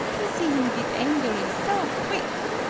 you see him git angery so quick.